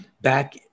back